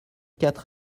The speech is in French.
quatre